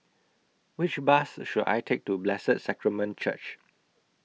Which Bus should I Take to Blessed Sacrament Church